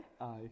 Aye